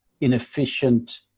inefficient